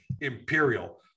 Imperial